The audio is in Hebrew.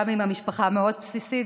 גם עם המשפחה המאוד-בסיסית.